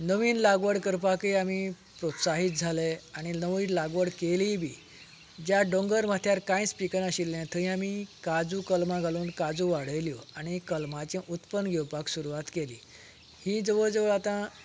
नवीन लागवड करपाकय आमी प्रोत्साहीत जाले आनी नवीन लागवड केलीय बी ज्या दोंगर माथ्यार कांयच पीक नाशिल्लें थंय आमी काजू कलमां घालून काजू वाडयल्यो आनी कलमाचें उत्पन्न घेवपाक सुरवात केली हीं जवळ जवळ आतां